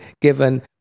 given